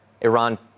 Iran